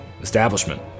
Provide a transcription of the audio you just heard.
establishment